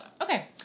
Okay